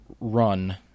run